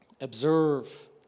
Observe